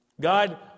God